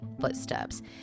footsteps